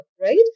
right